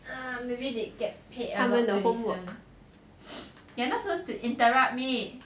um maybe they get paid a lot to listen you're not supposed to interrupt me